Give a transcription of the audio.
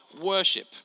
worship